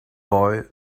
boy